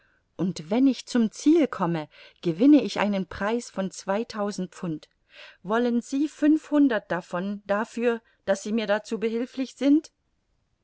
und wenn ich zum ziel komme gewinne ich einen preis von zweitausend pfund wollen sie fünfhundert davon dafür daß sie mir dazu behilflich sind